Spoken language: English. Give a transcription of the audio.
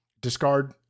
discard